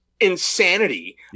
insanity